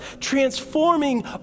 transforming